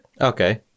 Okay